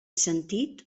sentit